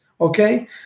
okay